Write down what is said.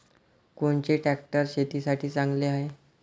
कोनचे ट्रॅक्टर शेतीसाठी चांगले हाये?